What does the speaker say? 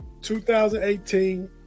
2018